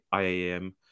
IAM